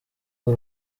uru